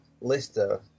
Lister